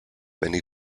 many